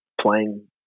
playing